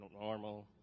normal